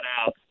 out